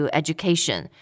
education